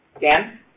Dan